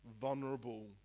vulnerable